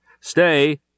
Stay